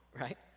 right